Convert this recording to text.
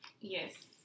Yes